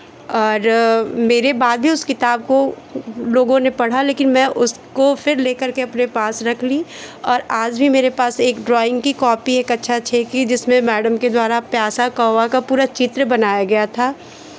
और मेरे बाद भी उस किताब को लोगों ने पढ़ा लेकिन मैं उसको फिर लेकर के अपने पास रख ली और आज भी मेरे पास एक ड्रॉइंग की कॉपी है कक्षा छः की जिसमें मैडम के द्वारा प्यासा कौआ का पूरा चित्र बनाया गया था